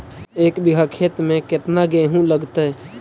एक बिघा खेत में केतना गेहूं लगतै?